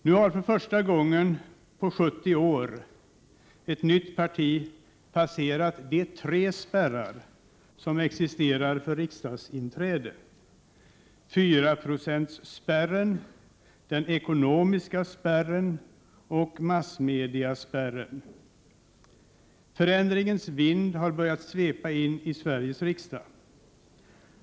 Nu har för första gången på 70 år ett nytt parti passerat de tre spärrar som existerar för riksdagsinträde: fyraprocentsspärren, den ekonomiska spärren och massmediespärren. Förändringens vind har börjat svepa in i Sveriges riksdag.